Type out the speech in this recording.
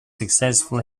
successful